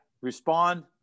respond